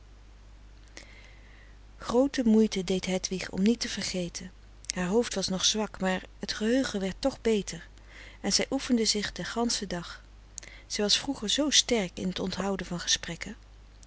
groote moeite deed hedwig om niet te vergeten haar hoofd was nog zwak maar t geheugen werd toch beter en zij oefende zich den ganschen dag zij was vroeger zoo sterk in t onthouden van gesprekken